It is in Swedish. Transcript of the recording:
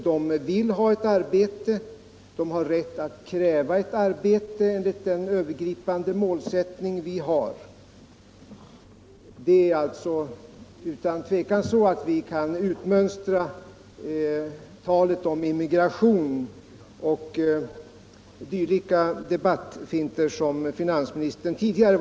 De vill ha ett arbete, och de har rätt att kräva ett arbete enligt den övergripande målsättning som vi har. Vi kan från debatten utmönstra talet om immigration som finansministern var inne på tidigare.